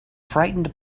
frightened